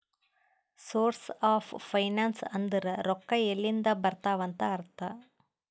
source of finance ಅಂದುರ್ ರೊಕ್ಕಾ ಎಲ್ಲಿಂದ್ ಬರ್ತಾವ್ ಅಂತ್ ಅರ್ಥ